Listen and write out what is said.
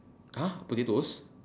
!huh! potatoes